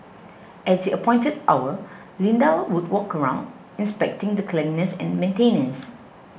at the appointed hour Linda would walk around inspecting the cleanliness and maintenance